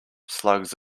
slugs